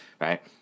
Right